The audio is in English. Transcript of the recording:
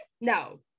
no